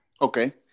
Okay